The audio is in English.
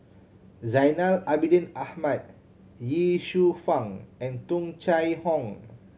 Zainal Abidin Ahmad Ye Shufang and Tung Chye Hong